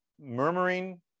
murmuring